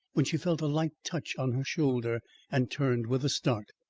when she felt a light touch on her shoulder and turned with a start.